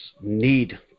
need